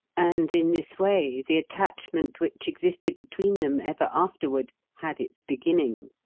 and in this way the attachment which existed between them ever afterward had its beginning.